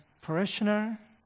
parishioner